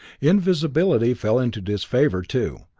invisibility fell into disfavor, too,